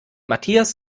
matthias